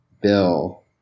Bill